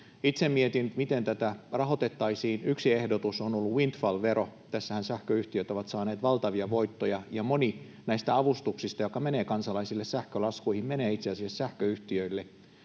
Itse mietin, miten tätä rahoitettaisiin. Yksi ehdotus on ollut windfall-vero. Tässähän sähköyhtiöt ovat saaneet valtavia voittoja, ja moni näistä avustuksista, jotka menevät kansalaisille sähkölaskuihin, menee itse asiassa sähköyhtiöille.